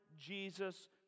Jesus